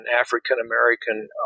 African-American